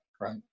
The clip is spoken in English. right